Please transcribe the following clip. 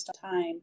time